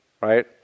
right